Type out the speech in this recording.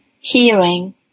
Hearing